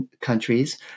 countries